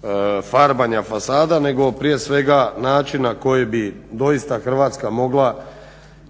program farbanja fasada nego prije svega načina koji bi doista Hrvatska mogla